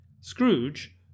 Scrooge